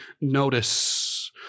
notice